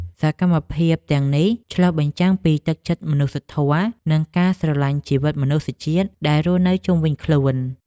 សកម្មភាពទាំងនេះឆ្លុះបញ្ចាំងពីទឹកចិត្តមនុស្សធម៌ និងការស្រឡាញ់ជីវិតមនុស្សជាតិដែលរស់នៅជុំវិញខ្លួន។